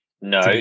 No